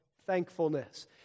thankfulness